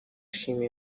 shima